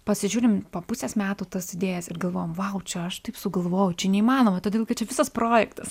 pasižiūrim po pusės metų tas idėjas ir galvojam vau čia aš taip sugalvojau čia neįmanoma todėl kad čia visas projektas